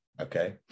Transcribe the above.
Okay